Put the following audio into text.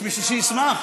יש מישהו שישמח.